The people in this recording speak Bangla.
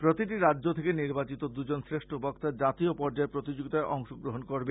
প্রতিটি রাজ্য থেকে নির্বাচিত দুজন করে শ্রেষ্ঠ বক্তা জাতীয় পর্যায়ে প্রতিযোগিতায় অংশগ্রহন করবে